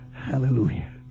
Hallelujah